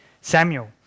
Samuel